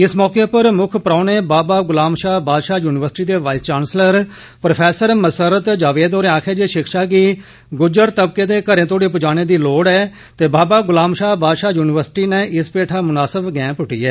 इस मौके पर मुक्ख परौहने बाबा गुलाम शाह बादशाह युनिवर्सिटी दे vice chancellor professor Musarrat Javed होरे आक्खेआ जे शिक्षा गी गुज्जर तबके दे घरे तोड़ी पुजाने दी जरुरत ऐ ते बाबा गुलाम शाह बादशाह युनिवर्सिटी नै इस पैठा मुनासब गैंह पुंष्टी ऐ